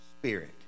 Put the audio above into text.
spirit